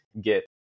get